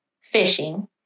fishing